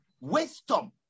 wisdom